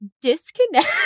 disconnect